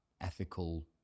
ethical